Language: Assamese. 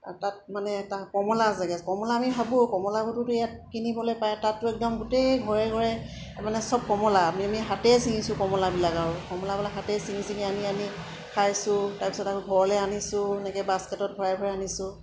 তাত মানে কমলা জেগা কমলা আমি ভাবোঁ কমলাবোৰতো ইয়াত কিনিবলৈ পায় তাততো একদম গোটেই ঘৰে ঘৰে মানে চব কমলা আমি আমি হাতেই ছিঙিছোঁ কমলাবিলাক আৰু কমলাবিলাক হাতেই ছিঙি ছিঙি আনি আনি খাইছোঁ তাৰপিছত আকৌ ঘৰলৈ আনিছোঁ এনেকৈ বাস্কেটত ভৰাই ভৰাই আনিছোঁ